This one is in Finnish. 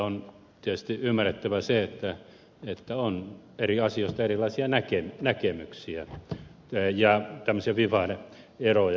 on tietysti ymmärrettävää se että on eri asioista erilaisia näkemyksiä ja tämmöisiä vivahde eroja